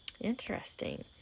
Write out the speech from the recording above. Interesting